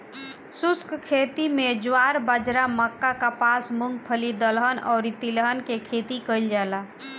शुष्क खेती में ज्वार, बाजरा, मक्का, कपास, मूंगफली, दलहन अउरी तिलहन के खेती कईल जाला